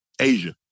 Asia